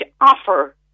offer